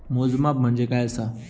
मोजमाप म्हणजे काय असा?